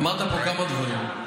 אמרת פה כמה דברים.